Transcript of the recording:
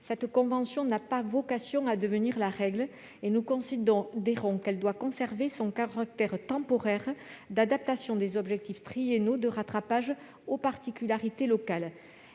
Ce contrat n'a pas vocation à devenir la règle. Nous considérons qu'il doit conserver son caractère temporaire d'adaptation des objectifs triennaux de rattrapage aux particularités locales.